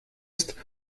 ist